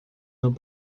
nos